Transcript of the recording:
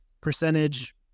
percentage